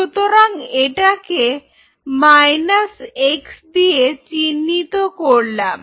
সুতরাং এটাকে minus X দিয়ে চিহ্নিত করলাম